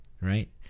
right